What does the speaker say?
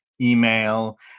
email